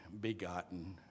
begotten